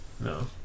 No